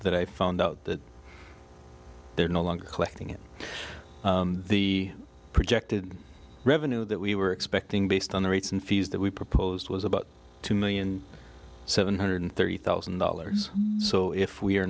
that i found out that they're no longer collecting it the projected revenue that we were expecting based on the rates and fees that we proposed was about two million seven hundred thirty thousand dollars so if we are